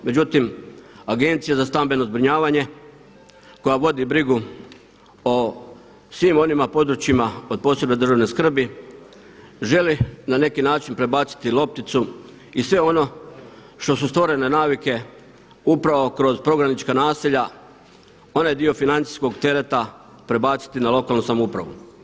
Međutim, Agencija za stambeno zbrinjavanje koja vodi brigu o svim onim područjima od posebne državne skrbi želi na neki način prebaciti lopticu i sve ono što su stvorene navike upravo kroz prognanička naselja, onaj dio financijskog tereta prebaciti na lokalnu samoupravu.